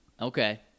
Okay